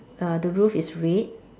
err the roof is red